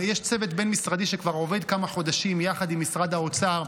ויש צוות בין-משרדי שעובד כבר כמה חודשים יחד עם משרד האוצר,